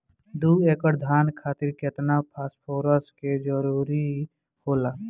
दु एकड़ धान खातिर केतना फास्फोरस के जरूरी होला?